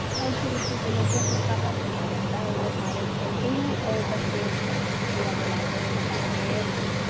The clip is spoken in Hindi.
और फिर उसी को ले कर हुक्कापाती कहा जाता है वो सारे खेलते हैं और बच्चे छुरछुरियां जलाते हैं पटाखे